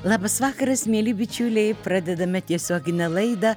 labas vakaras mieli bičiuliai pradedame tiesioginę laidą